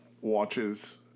watches